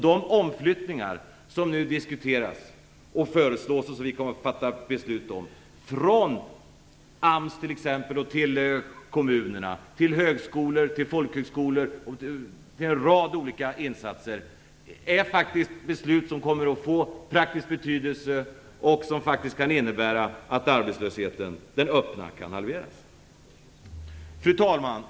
De omflyttningar som nu diskuteras och föreslås, och som vi kommer att fatta beslut om, från AMS till exempelvis kommuner, högskolor, folkhögskolor och en rad olika andra insatser är faktiskt beslut som kommer att få praktisk betydelse. De kan faktiskt innebära att arbetslösheten, den öppna, kan halveras. Fru talman!